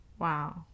Wow